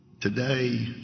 today